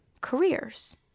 careers